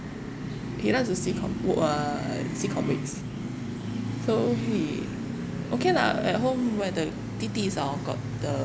he likes to see com~ book uh see comics so he okay lah at home where the didis orh got the